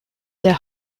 der